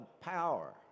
power